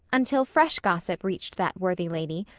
until fresh gossip reached that worthy lady,